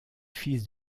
fils